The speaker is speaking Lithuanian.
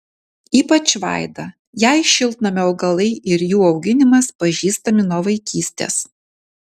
ypač vaida jai šiltnamio augalai ir jų auginimas pažįstami nuo vaikystės